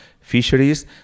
fisheries